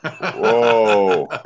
Whoa